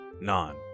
none